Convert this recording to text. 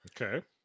Okay